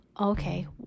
Okay